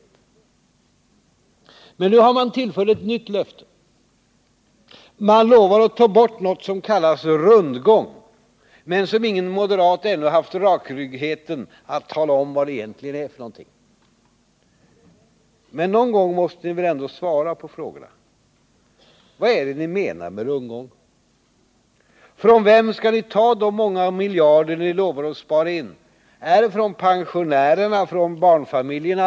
Ett nytt löfte har nu tillförts. Man lovar att ta bort något som kallas rundgång, men som ingen moderat ännu haft rakryggigheten att tala om vad det egentligen är. Men någon gång måste ni väl ändå svara på frågorna? Vad är det ni menar med rundgång? Från vem skall ni ta de många miljarder ni lovar att spara in? Är det från pensionärerna? Är det från barnfamiljerna?